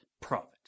Profit